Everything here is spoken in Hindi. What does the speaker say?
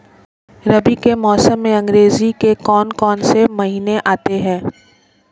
रबी के मौसम में अंग्रेज़ी के कौन कौनसे महीने आते हैं?